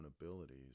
abilities